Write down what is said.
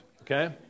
okay